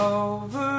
over